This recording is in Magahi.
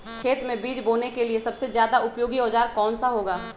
खेत मै बीज बोने के लिए सबसे ज्यादा उपयोगी औजार कौन सा होगा?